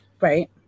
Right